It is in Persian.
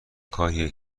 کاریه